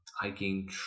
hiking